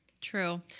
True